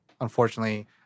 unfortunately